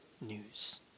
news